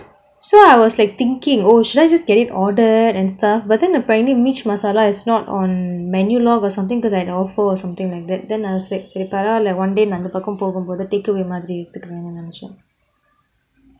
so I was like thinking oh should I just get it ordered and stuff but then apparently mirchi masala is not on menu log or something because I had offer or something like that then I was like சரி பரவா இல்ல:seri paravaa illa one day அந்த பக்கம் போகும் போது:antha pakkam pogum pothu takeaway மாதிரி எடுத்துக்குறேன் நினைச்சேன்:maathiri eduthukuraen ninaichaen